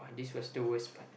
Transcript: this was the worst part